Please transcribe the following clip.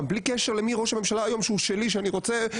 בלי קשר לבלי ראש הממשלה היום שהוא שלי ואני רוצה,